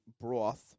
broth